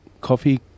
coffee